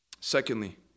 Secondly